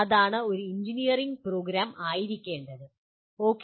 അതാണ് ഒരു engineering programme ആയിരിക്കേണ്ടത് ഓക്കേ